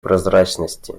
прозрачности